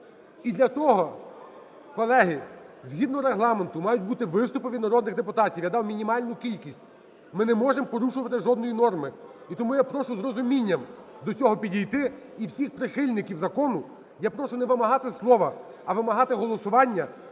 І для того, колеги, згідно Регламенту мають бути виступи від народних депутатів, я дав мінімальну кількість, Ми не можемо порушувати жодної норми. І тому я прошу з розумінням до цього підійти і всіх прихильників закону я прошу не вимагати слова, а вимагати голосування,